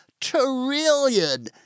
trillion